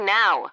now